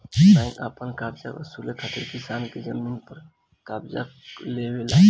bank अपन करजा वसूले खातिर किसान के जमीन पर कब्ज़ा लेवेला